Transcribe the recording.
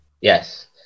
Yes